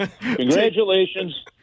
Congratulations